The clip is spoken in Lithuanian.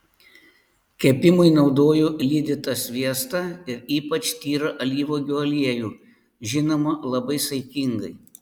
kepimui naudoju lydytą sviestą ir ypač tyrą alyvuogių aliejų žinoma labai saikingai